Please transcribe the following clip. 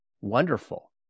Wonderful